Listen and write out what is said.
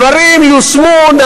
הדברים יושמו,